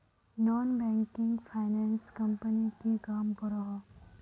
Non banking finance company की काम करोहो?